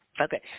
Okay